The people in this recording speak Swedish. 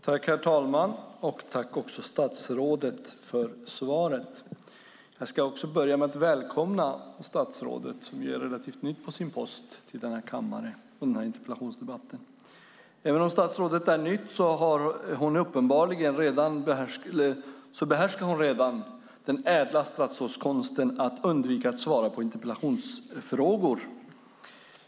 Herr talman! Jag vill tacka statsrådet för svaret. Jag ska börja med att välkomna statsrådet, som ju är relativt ny på sin post, till denna kammare och till denna interpellationsdebatt. Även om statsrådet är ny behärskar hon uppenbarligen redan en ädla statsrådskonsten att undvika att svara på interpellationsfrågor.